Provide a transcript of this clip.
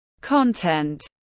content